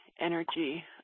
energy